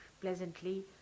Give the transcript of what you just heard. pleasantly